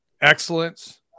excellence